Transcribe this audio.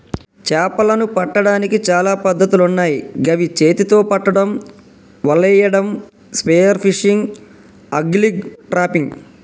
చేపలను పట్టడానికి చాలా పద్ధతులున్నాయ్ గవి చేతితొ పట్టడం, వలేయడం, స్పియర్ ఫిషింగ్, ఆంగ్లిగ్, ట్రాపింగ్